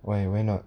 why why not